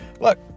Look